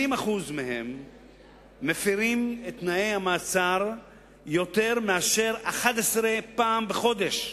20% מהם מפירים את תנאי המעצר יותר מ-11 פעם בחודש.